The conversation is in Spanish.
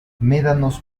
médanos